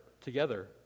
together